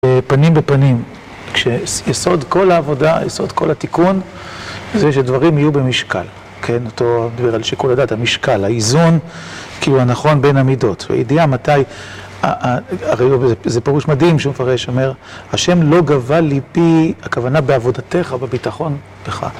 פנים בפנים, כשיסוד כל העבודה, יסוד כל התיקון, זה שדברים יהיו במשקל, כן? אותו דבר על שקול הדעת, המשקל, האיזון, כי הוא הנכון בין אמיתות. וידיעה מתי, זה פירוש מדהים, שום פרש אומר, השם לא גבה ליפי הכוונה בעבודתך ובביטחון לך.